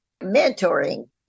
mentoring